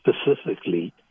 specifically